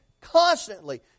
constantly